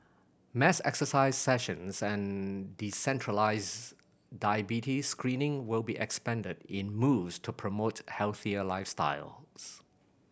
mass exercise sessions and decentralised diabetes screening will be expanded in moves to promote healthier lifestyles